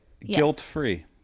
guilt-free